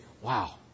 wow